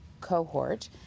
cohort